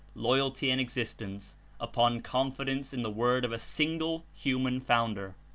loyalty and existence upon confidence in the word of a single human founder.